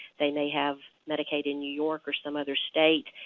they may have medicaid in new york or some other state.